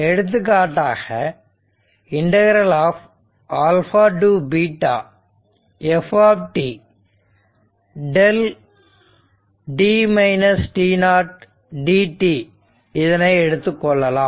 எடுத்துக்காட்டாக to ∫ f δ dt இதனை எடுத்துக் கொள்ளலாம்